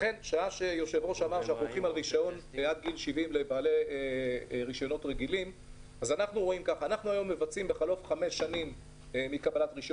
שעה שהיושב-ראש דיבר על נתינת רישיון רגיל לאזרחים עד גיל 70,